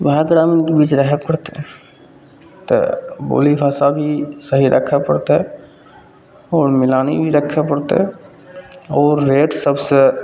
वएह ग्रामीणके बीच रहै पड़तै तऽ बोली भाषा भी सही रखै पड़तै आओर मिलानी भी रखै पड़तै आओर रेट सबसे